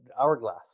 Hourglass